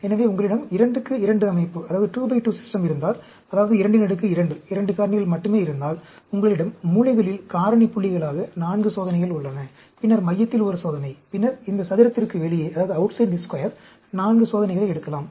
எனவே உங்களிடம் 2 க்கு 2 அமைப்பு இருந்தால் அதாவது 22 2 காரணிகள் மட்டுமே இருந்தால் உங்களிடம் மூலைகளில் காரணி புள்ளிகளாக 4 சோதனைகள் உள்ளன பின்னர் மையத்தில் ஒரு சோதனை பின்னர் இந்த சதுரத்திற்கு வெளியே 4 சோதனைகளை எடுக்கலாம்